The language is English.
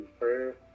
prayer